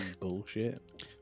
bullshit